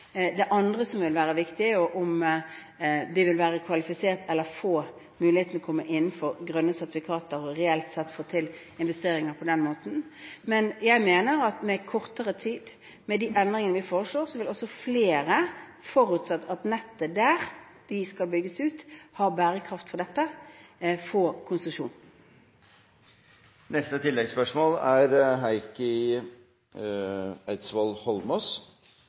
vil også være viktig om det er kvalifisert til – eller får muligheten til å komme innenfor – grønne sertifikater, slik at man reelt sett kan få til investeringer på den måten. Men jeg mener at med kortere tid og med de endringene vi foreslår, vil også flere – fortutsatt at nettet der de skal bygge ut, har bærekraft for dette – få konsesjon. Heikki Eidsvoll Holmås